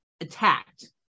attacked